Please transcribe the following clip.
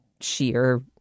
sheer